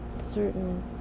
certain